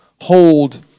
hold